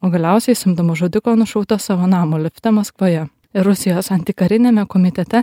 o galiausiai samdomo žudiko nušauta savo namo lifte maskvoje ir rusijos antikariniame komitete